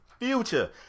future